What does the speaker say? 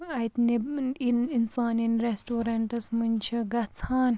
اَتہِ یِن انسان یِن ریسٹورینٛٹَس منٛز چھِ گَژھان